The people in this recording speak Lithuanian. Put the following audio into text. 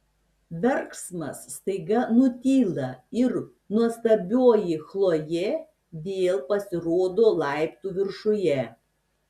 verksmas staiga nutyla ir nuostabioji chlojė vėl pasirodo laiptų viršuje